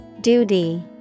Duty